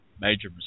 major